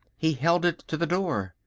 he held it to the door.